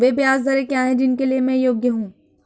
वे ब्याज दरें क्या हैं जिनके लिए मैं योग्य हूँ?